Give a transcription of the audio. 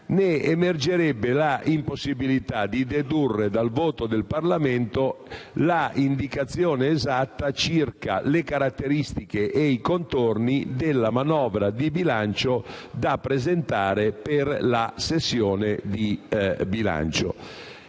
ne emergerebbe l'impossibilità di dedurre dal voto del Parlamento l'indicazione esatta circa le caratteristiche e i contorni della manovra di bilancio da presentare per la sessione di bilancio.